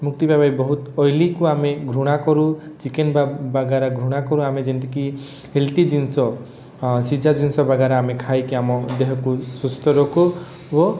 ମୁକ୍ତି ପାଇବା ପାଇଁ ଆମେ ବହୁତ ଅଇଲିକୁ ଆମେ ଘୃଣା କରୁ ଚିକେନ ଆମେ ଘୃଣା କରୁ ଆମେ ଯେମିତି କି ହେଲ୍ଦି ଜିନିଷ ସିଝା ଜିନିଷ ବାଗାରା ଖାଇକି ଆମେ ଦେହକୁ ସୁସ୍ଥ ରଖୁ ଓ